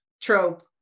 trope